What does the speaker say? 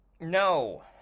No